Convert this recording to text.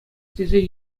тесе